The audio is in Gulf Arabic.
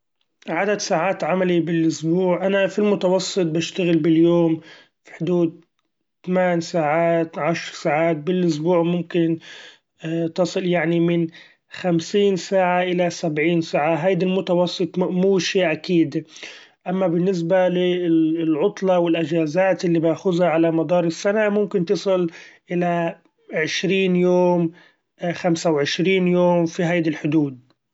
عدد ساعات عملي بالاسبوع; أنا في المتوسط بشتغل باليوم في حدود تمان ساعات عشر ساعات بالاسبوع ممكن تصل يعني من خمسين ساعة الى سبعين ساعة، هيدي المتوسط م-مو شي اكيد ، اما بالنسبة للعطلة والاچازات اللي باخذها علي مدار السنة ممكن تصل الى عشرين يوم خمسة وعشرين يوم في هيدي الحدود.